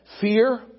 fear